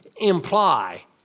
imply